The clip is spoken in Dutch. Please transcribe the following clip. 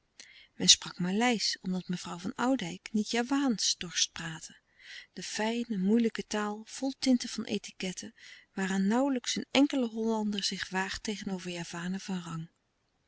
men sprak maleisch omdat mevrouw van oudijck niet javaansch dorst praten de fijne moeilijke taal vol tinten van etiquette waaraan nauwlijks een enkele hollander zich waagt tegenover javanen van rang